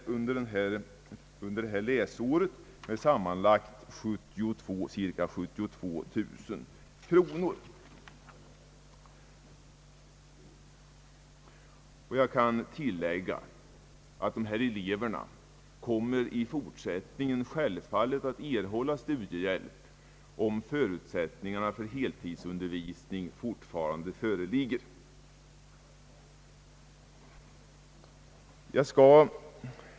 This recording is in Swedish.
Under det nämnda läsåret utgick studiehjälp med sammanlagt cirka 72 000 kronor. Jag kan tillägga att dessa elever i fortsättningen självfallet kommer att erhålla studiehjälp, om förutsättningarna för heltidsundervisning alltjämt föreligger.